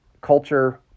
culture